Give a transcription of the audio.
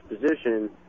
position